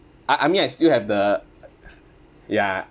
I I mean I still have the ya